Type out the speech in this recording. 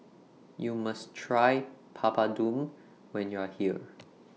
YOU must Try Papadum when YOU Are here